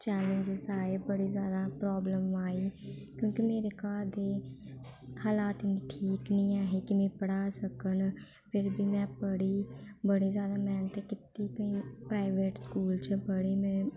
challenges आए बड़ी जादा प्रॉब्लम आई क्योंकि मेरे घर दे हालात इन्नी ठीक निं ऐ हे कि में पढ़ा सकन फिर बी में पढ़ी बड़ी जादा मेह्नत कीती कि प्राइवेट स्कूल च पढ़ी में